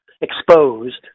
exposed